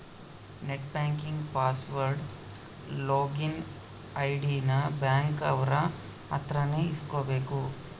net banking password login ID ನ bank ಅವ್ರ ಅತ್ರ ನೇ ಇಸ್ಕಬೇಕು